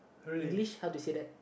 English how to say that